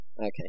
Okay